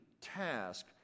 task